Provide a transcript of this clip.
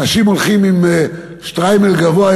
אנשים הולכים עם שטריימל גבוה,